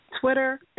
Twitter